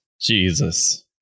Jesus